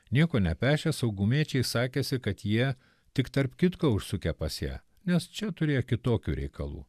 nieko nepešę saugumiečiai sakėsi kad jie tik tarp kitko užsukę pas ją nes čia turėję kitokių reikalų